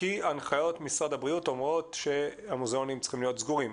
כי הנחיות משרד הבריאות אומרות שהמוזיאונים צריכים להיות סגורים.